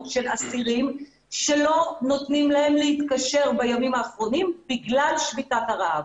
של אסירים שלא נותנים להם להתקשר בימים האחרונים בגלל שביתת הרעב.